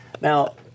Now